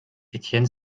étienne